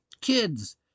kids